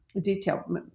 detail